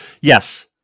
Yes